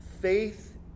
faith